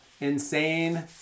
insane